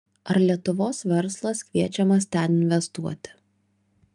ar lietuvos verslas kviečiamas ten investuoti